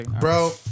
bro